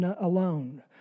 alone